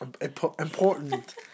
Important